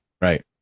right